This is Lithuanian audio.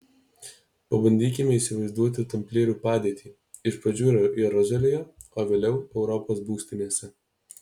pabandykime įsivaizduoti tamplierių padėtį iš pradžių jeruzalėje o vėliau europos būstinėse